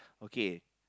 okay